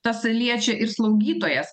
tas liečia ir slaugytojas